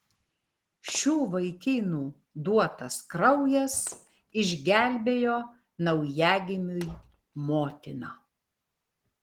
šių vaikinų duotas kraujas išgelbėjo naujagimiui motiną